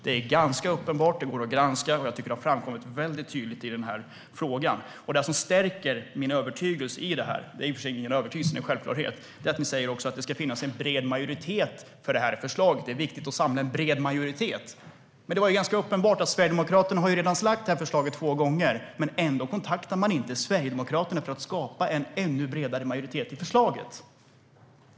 Det är ganska uppenbart. Det går att granska, och jag tycker att det har framkommit väldigt tydligt i den här frågan. Det som stärker min övertygelse i det här - det är i och för sig ingen övertygelse utan en självklarhet - är att ni säger att det ska finnas en bred majoritet för det här förslaget, att det är viktigt att samla en bred majoritet. Men det är ju ganska uppenbart att Sverigedemokraterna redan har lagt fram det här förslaget två gånger. Ändå kontaktar man inte Sverigedemokraterna för att skapa en ännu bredare majoritet för förslaget.